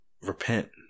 repent